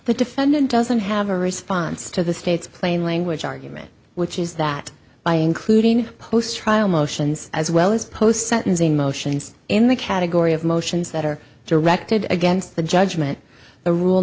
the defendant doesn't have a response to the state's plain language argument which is that by including post trial motions as well as post sentencing motions in the category of motions that are directed against the judgment the rule